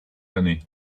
l’année